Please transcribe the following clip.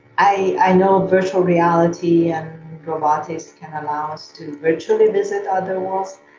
i know virtual reality and robotics can allow us to virtually visit other worlds,